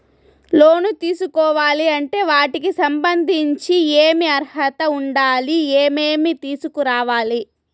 లోను తీసుకోవాలి అంటే వాటికి సంబంధించి ఏమి అర్హత ఉండాలి, ఏమేమి తీసుకురావాలి